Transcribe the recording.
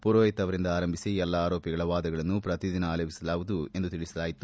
ಪುರೋಹಿತ್ ಅವರಿಂದ ಆರಂಭಿಸಿ ಎಲ್ಲಾ ಆರೋಪಿಗಳ ವಾದಗಳನ್ನು ಪ್ರತಿದಿನ ಆಲಿಸಲಾಗುವುದು ಎಂದು ತಿಳಿಸಿದರು